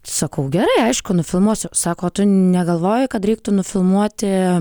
sakau gerai aišku nufilmuosiu sako o tu negalvoji kad reiktų nufilmuoti